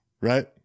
Right